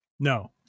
No